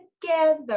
together